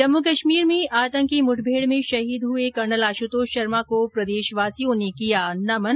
जम्मू कश्मीर में आतंकी मुठभेड़ में शहीद हुए कर्नल आशुतोष शर्मा को प्रदेशवासियों ने किया नमन